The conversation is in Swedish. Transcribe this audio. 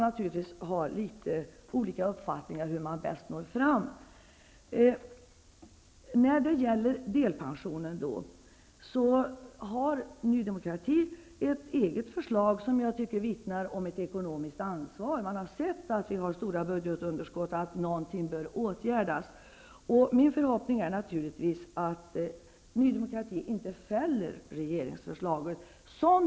Naturligtvis kan uppfattningarna vara litet olika om hur man bäst når en lösning. Ny demokrati har ett eget förslag om delpensionen, vilket jag tycker vittnar om ett ekonomiskt ansvar. Man har insett att vi har stora budgetunderskott och att åtgärder behöver vidtas. Naturligtvis är det min förhoppning att Ny demokrati inte medverkar till att regeringsförslaget fälls.